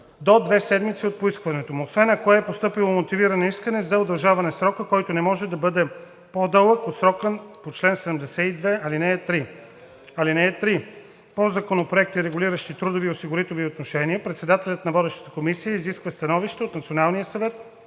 до две седмици от поискването му, освен ако е постъпило мотивирано искане за удължаване на срока, който не може да бъде по-дълъг от срока по чл. 72, ал. 3. (3) По законопроекти, регулиращи трудови и осигурителни отношения, председателят на водещата комисия изисква становище от Националния съвет